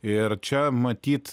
ir čia matyt